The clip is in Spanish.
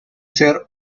ser